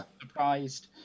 surprised